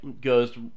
goes